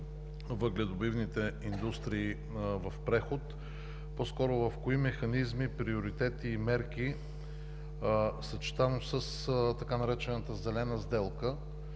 въгледобивните индустрии в преход, по-скоро в кои механизми, приоритети и мерки, съчетано с така наречената зелена сделка,